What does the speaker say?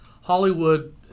hollywood